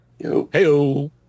Heyo